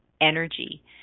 energy